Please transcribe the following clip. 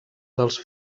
dels